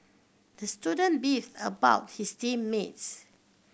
the student beefed about his team mates